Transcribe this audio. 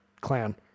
clan